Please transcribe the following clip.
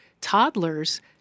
toddlers